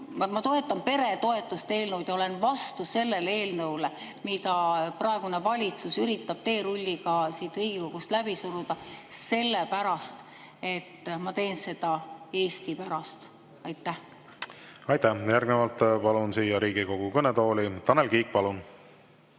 Ma toetan peretoetuste eelnõu ja olen vastu sellele eelnõule, mida praegune valitsus üritab teerulliga siit Riigikogust läbi suruda, sellepärast et ma teen seda Eesti pärast. Aitäh! Järgnevalt palun siia Riigikogu kõnetooli Tanel Kiige. Palun!